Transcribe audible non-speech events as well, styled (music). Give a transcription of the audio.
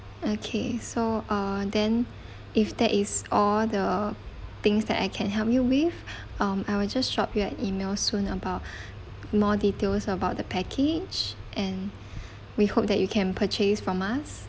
okay so uh then if that is all the things that I can help you with um I will just drop you an E-mail soon about (breath) more details about the package and we hope that you can purchase from us